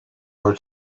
were